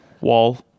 Wall